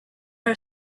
are